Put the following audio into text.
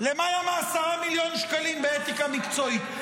למעלה מ-10 מיליון שקלים באתיקה מקצועית.